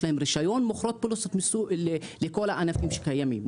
להן רישיון מוכרות פוליסות לכל הענפים שקיימים,